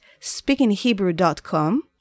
speakinghebrew.com